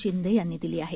शिंदे यांनी दिली आहे